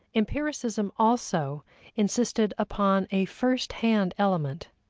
empiricism also insisted upon a first-hand element.